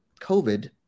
COVID